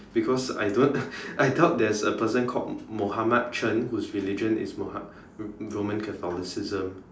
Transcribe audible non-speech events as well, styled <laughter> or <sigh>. because I don't <laughs> I doubt there's a person called Muhammad-Chen whose religion is Muhammad Roman Catholicism